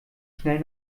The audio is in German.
schnell